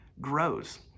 grows